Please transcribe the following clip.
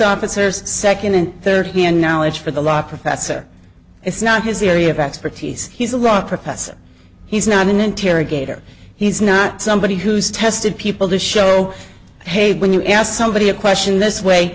officers second and third hand knowledge for the law professor it's not his area of expertise he's a law professor he's not an interrogator he's not somebody who's tested people to show hey when you ask somebody a question this way